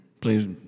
Please